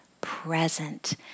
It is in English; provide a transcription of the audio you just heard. present